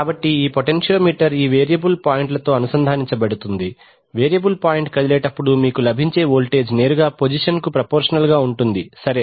కాబట్టి ఈ పొటెన్షియోమీటర్ ఈ వేరియబుల్ పాయింట్లతో అనుసంధానించబడుతుంది వేరియబుల్ పాయింట్ కదిలేటప్పుడు మీకు లభించే వోల్టేజ్ నేరుగా పొజిషన్ కు ప్రపోర్షనల్ గా ఉంటుంది సరే